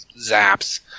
zaps